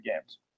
games